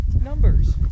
numbers